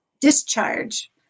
discharge